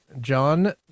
John